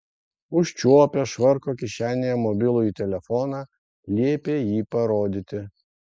užčiuopę švarko kišenėje mobilųjį telefoną liepė jį parodyti